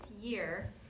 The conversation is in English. year